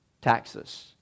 taxes